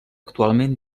actualment